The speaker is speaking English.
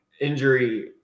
injury